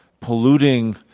polluting